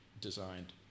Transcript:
designed